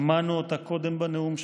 שמענו אותה קודם בנאום שלך,